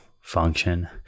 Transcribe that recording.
function